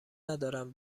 ندارم